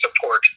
support